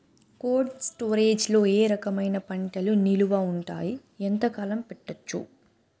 Cold storage లో ఏ రకమైన పంటలు నిలువ ఉంటాయి, ఎంతకాలం పెట్టొచ్చు?